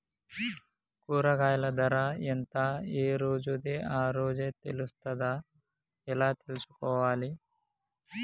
కూరగాయలు ధర ఎంత ఏ రోజుది ఆ రోజే తెలుస్తదా ఎలా తెలుసుకోవాలి?